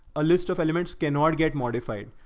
a list of elements cannot get modified.